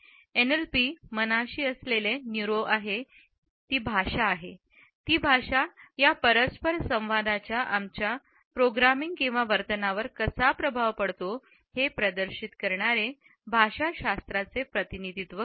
NLP मनाशी असलेले neuro आहे ही भाषा ती भाषा या परस्परसंवादाचा आमच्या प्रोग्रामिंग किंवा वर्तनवर कसा प्रभाव पडतो हे प्रदर्शित करणारे भाषाशास्त्रांचे प्रतिनिधित्व आहे